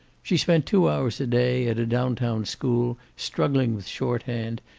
she spent two hours a day, at a down-town school struggling with shorthand,